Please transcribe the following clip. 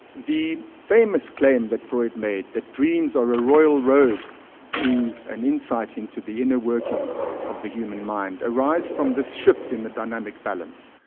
the famous claim that freud made that dreams are a royal road to an insight into the inner workings of the human mind, arise from this shift in the dynamic balance.